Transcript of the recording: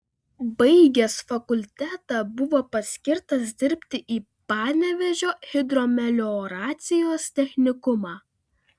baigęs fakultetą buvo paskirtas dirbti į panevėžio hidromelioracijos technikumą